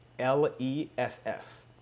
L-E-S-S